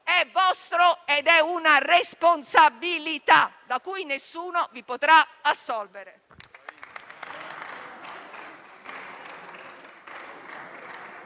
è vostro ed è una responsabilità da cui nessuno vi potrà assolvere.